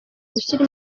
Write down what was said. gushyira